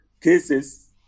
cases